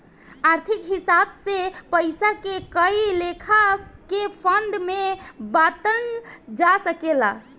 आर्थिक हिसाब से पइसा के कए लेखा के फंड में बांटल जा सकेला